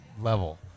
level